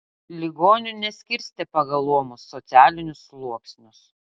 ligonių neskirstė pagal luomus socialinius sluoksnius